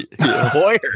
Hoyer